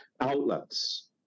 outlets